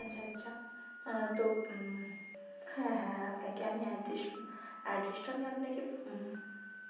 আচ্ছা আচ্ছা তো হ্যাঁ হ্যাঁ আপনাকে আমি অ্যাড্রেস অ্যাড্রেসটা আমি আপনাকে